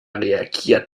reagiert